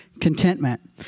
contentment